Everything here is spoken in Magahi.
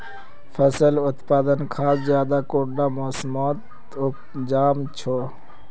फसल उत्पादन खाद ज्यादा कुंडा मोसमोत उपजाम छै?